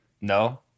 No